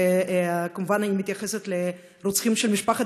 וכמובן אני מתייחסת לרוצחים של משפחת